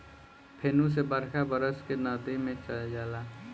फेनू से बरखा बरस के नदी मे चल जाला